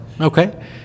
okay